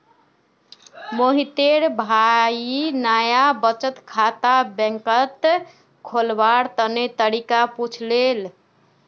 मोहितेर भाई नाया बचत खाता बैंकत खोलवार तने तरीका पुछले